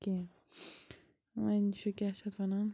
کینٛہہ وۄنۍ چھُ کیٛاہ چھِ اَتھ وَنان